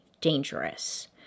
dangerous